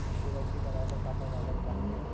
KYC कराये बर का का कागज लागथे?